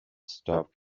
stop